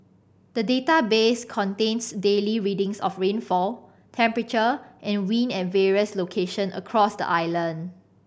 the database contains daily readings of rainfall temperature and wind at various location across the island